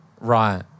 Right